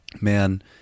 Man